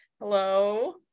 hello